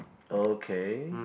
okay